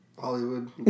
Hollywood